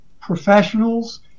professionals